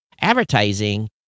advertising